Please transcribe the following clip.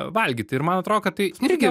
valgyti ir man atrodo kad tai irgi